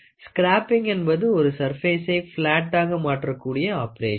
scrapping என்பது ஒரு சர்ப்பேசை பிளாட்டாக மாற்றக்கூடியஆபரேஷன்